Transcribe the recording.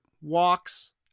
walks